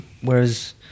whereas